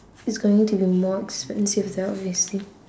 it's going to be more expensive there obviously